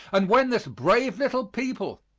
and when this brave little people,